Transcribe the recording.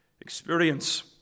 experience